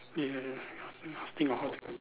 ya ya just think of how to go